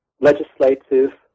legislative